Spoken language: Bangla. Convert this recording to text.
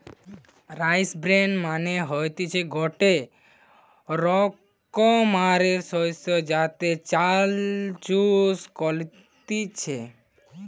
রাইস ব্রেন মানে হতিছে গটে রোকমকার শস্য যাতে চাল চুষ কলতিছে